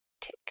Tick